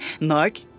Mark